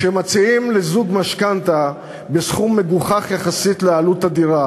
כשמציעים לזוג משכנתה בסכום מגוחך יחסית לעלות הדירה